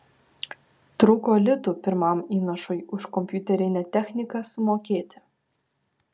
trūko litų pirmam įnašui už kompiuterinę techniką sumokėti